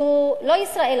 זו לא ישראל,